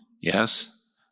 yes